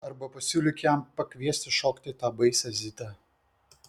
arba pasiūlyk jam pakviesti šokti tą baisią zitą